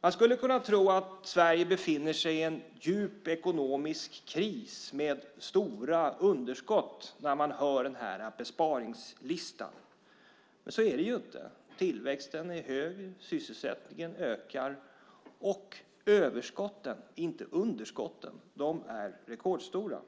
Man skulle kunna tro att Sverige befinner sig i en djup ekonomisk kris med stora underskott när man hör denna besparingslista. Men så är det ju inte. Tillväxten är hög, sysselsättningen ökar och överskotten, inte underskotten, är rekordstora.